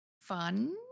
Fun